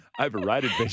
Overrated